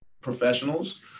professionals